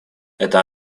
это